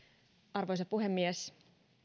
arvoisa puhemies